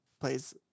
plays